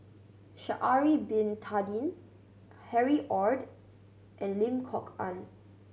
Sha'ari Bin Tadin Harry Ord and Lim Kok Ann